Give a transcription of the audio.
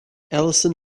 allison